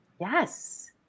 Yes